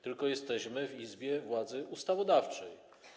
tylko jesteśmy w Izbie władzy ustawodawczej.